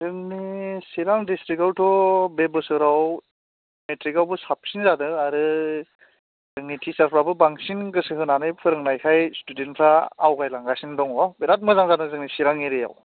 जोंनि चिरां द्रिसथिखआवथ' बे बोसोराव मेट्रिकआवबो साबसिन जादों आरो जोंनि थिसारफ्राबो बांसिन गोसो होनानै फोरोंनायखाय स्थुदेनफ्रा आवगाय लांगासिनो दङ बिराद मोजां जादों जोंनि चिरां एरियायाव